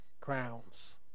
crowns